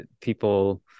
people